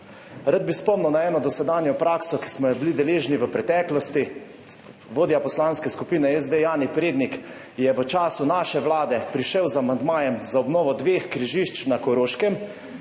Rad bi spomnil na eno dosedanjo prakso, ki smo je bili deležni v preteklosti. Vodja Poslanske skupine SD Jani Prednik je v času naše vlade prišel z amandmajem za obnovo dveh križišč na Koroškem,